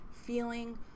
feeling